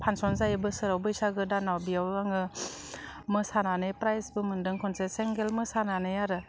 function जायो बोसोराव बैसागो दानाव बेयावबो आङो मोसानानै प्राइजबो मोन्दों खनसे सिंगोल मोसानानै आरो